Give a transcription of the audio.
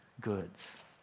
goods